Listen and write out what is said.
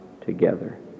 together